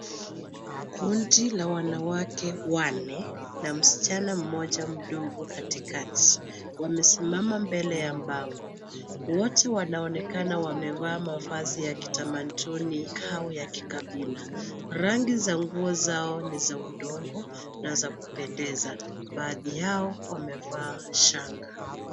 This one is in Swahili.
Kundi la wanawake wanne na msichana mmoja mdogo katikati, wamesimama mbele ya bango. Wote wanaonekana wamevaa mavazi ya kitamaduni au ya kikabila. Rangi za nguo zao ni za udongo na za kupendeza, baadhi yao wamevaa shanga.